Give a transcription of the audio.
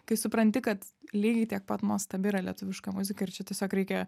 kai supranti kad lygiai tiek pat nuostabi yra lietuviška muzika ir čia tiesiog reikia